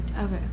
Okay